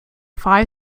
five